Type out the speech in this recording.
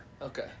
Okay